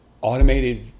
automated